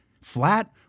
flat